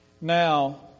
Now